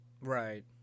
Right